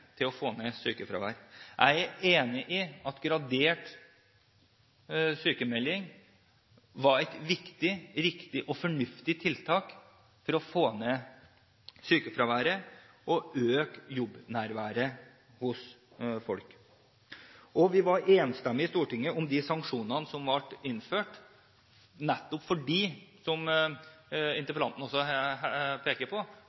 til å få ned sykefraværet. Jeg er enig i at gradert sykmelding var et viktig, riktig og fornuftig tiltak for å få ned sykefraværet og øke jobbnærværet hos folk. Det var enstemmighet i Stortinget om de sanksjonene som ble innført, som interpellanten også peker på,